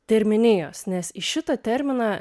terminijos nes į šitą terminą